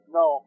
no